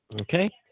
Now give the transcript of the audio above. okay